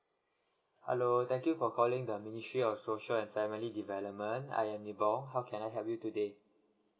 hello thank you for calling the ministry of social and family development I am nibong how can I help you today